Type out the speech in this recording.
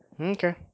Okay